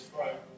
Right